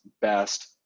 best